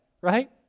right